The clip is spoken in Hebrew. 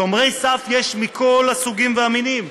שומרי סף יש מכל הסוגים והמינים.